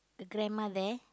the grandma there